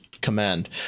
command